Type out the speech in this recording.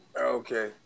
Okay